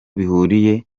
bihuriye